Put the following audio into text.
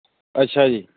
ਅੱਛਾ ਜੀ